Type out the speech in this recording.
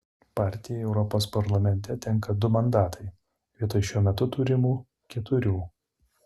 partijai europos parlamente tenka du mandatai vietoj šiuo metu turimų keturių